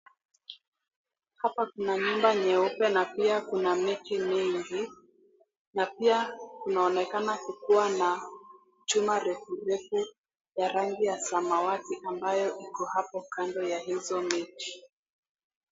Hapa kuna nyumba nyeupe na pia kuna miti mingi na pia kunaonekana kukuwa na chuma refu refu ya rangi ya samawati ambayo iko hapo kando ya hizo miti.